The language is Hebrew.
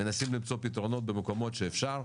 מנסים למצוא פתרונות במקומות שאפשר,